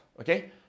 Okay